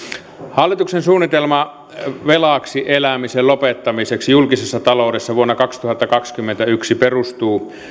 hallituksen suunnitelma velaksi elämisen lopettamiseksi julkisessa taloudessa vuonna kaksituhattakaksikymmentäyksi perustuu